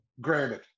granted